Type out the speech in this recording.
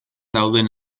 dauden